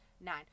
nine